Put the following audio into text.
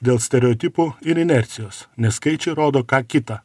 dėl stereotipų ir inercijos nes skaičiai rodo ką kita